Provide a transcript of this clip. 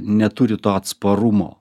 neturi to atsparumo